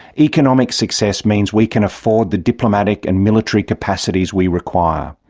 economic success means we can afford the diplomatic and military capacities we require.